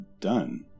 done